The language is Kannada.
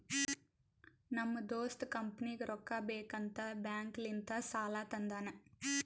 ನಮ್ ದೋಸ್ತ ಕಂಪನಿಗ್ ರೊಕ್ಕಾ ಬೇಕ್ ಅಂತ್ ಬ್ಯಾಂಕ್ ಲಿಂತ ಸಾಲಾ ತಂದಾನ್